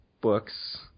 books